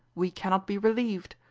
we cannot be relieved.